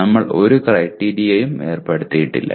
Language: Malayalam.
നമ്മൾ ഒരു ക്രൈറ്റീരിയയും ഏർപ്പെടുത്തിയിട്ടില്ല